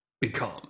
become